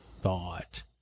thought